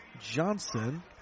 Johnson